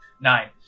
Nine